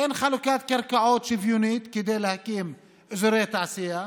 אין חלוקת קרקעות שוויונית כדי להקים אזורי תעשייה.